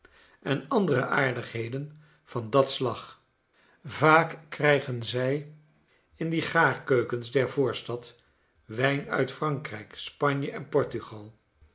en andere aardigheden van dat slag vaak krijgen zij in die gaarkeukens der voorstad wijn uit frankrijk spanje en portugal